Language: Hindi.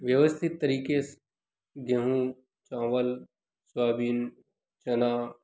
व्यवस्थित तरीके से गेहूँ चावल सोआबीन चना